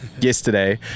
yesterday